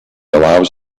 allows